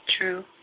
True